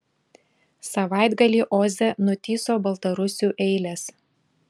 savaitgalį oze nutįso baltarusių eilės